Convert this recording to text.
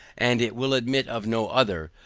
and it will admit of no other,